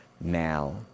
now